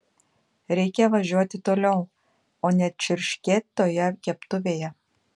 reikia važiuoti toliau o ne čirškėt toje keptuvėje